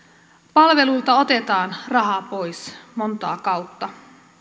palveluilta otetaan rahaa pois montaa kautta